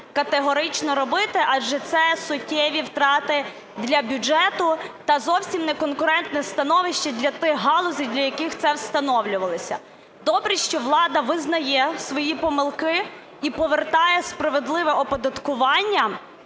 категорично робити, адже це суттєві втрати для бюджету та зовсім неконкурентне становище для тих галузей, для яких це встановлювалося. Добре, що влада визнає свої помилки і повертає справедливе оподаткування.